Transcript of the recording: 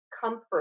comfort